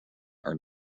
are